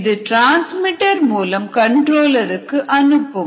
இது டிரான்ஸ்மிட்டர் மூலம் கண்ட்ரோலருக்கு அனுப்பும்